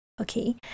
Okay